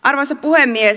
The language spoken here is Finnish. arvoisa puhemies